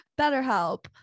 BetterHelp